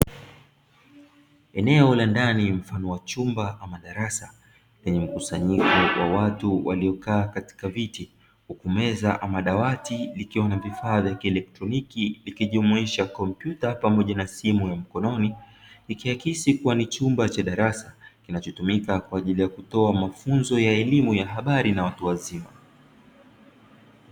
Eneo la ndani mfano wa chumba ama darasa lenye mkusanyiko wa watu waliokaa katika viti huku meza ama dawati likiwa na vifaa vya kielektroniki likijumuisha kompyuta pamoja na simu ya mkononi, ikiakisi kuwa ni chumba cha darasa kinachotumika kwa ajili ya kutoa mafunzo ya elimu ya habari na watu wazima.